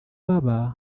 baba